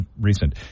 recent